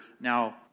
now